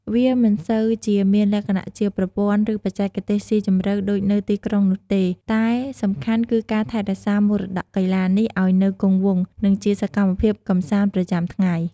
វាមិនសូវជាមានលក្ខណៈជាប្រព័ន្ធ ឬបច្ចេកទេសស៊ីជម្រៅដូចនៅទីក្រុងនោះទេ តែសំខាន់គឺការថែរក្សាមរតកកីឡានេះឲ្យនៅគង់វង្ស និងជាសកម្មភាពកម្សាន្តប្រចាំថ្ងៃ។